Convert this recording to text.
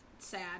sad